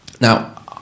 Now